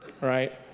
right